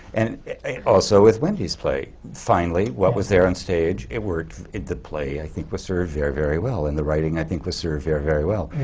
and also with wendy's play, finally what was there on stage, it worked. the play i think was served very, very well, and the writing i think was served very, very well.